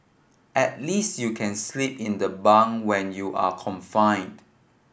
at least you can sleep in the bung when you're confined